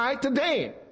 today